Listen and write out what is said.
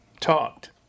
talked